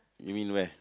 you mean where